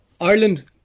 Ireland